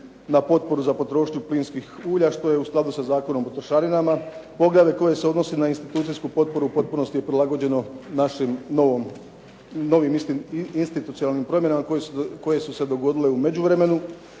na potporu za potrošnju plinskih ulja što je u skladu sa Zakonom o trošarinama, poglavlje koje se odnosi na institucijsku potporu u potpunosti je prilagođeno našim novim institucionalnim promjenama koje su se dogodile u međuvremenu.